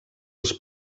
els